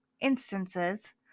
instances